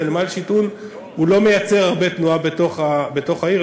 ונמל שטעון לא מייצר הרבה תנועה בתוך העיר.